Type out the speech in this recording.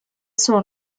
son